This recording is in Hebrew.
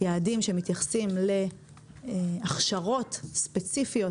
יעדים שמתייחסים להכשרות ספציפיות,